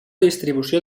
distribució